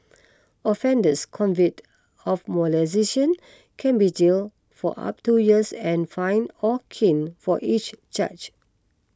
offenders convicted of molestation can be jail for up two years and fined or caned for each charge